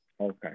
Okay